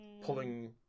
Pulling